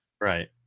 Right